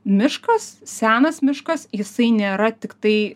miškas senas miškas jisai nėra tiktai